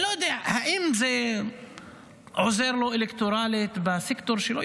אני לא יודע האם זה עוזר לו אלקטוראלית בסקטור שלו?